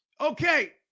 Okay